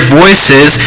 voices